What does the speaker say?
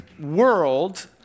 world